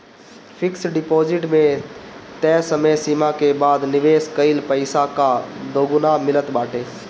fix deposit में तय समय सीमा के बाद निवेश कईल पईसा कअ दुगुना मिलत बाटे